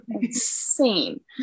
insane